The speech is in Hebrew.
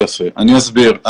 אני אסביר.